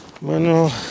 bueno